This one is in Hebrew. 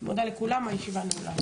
אני מודה לכולם, הישיבה נעולה.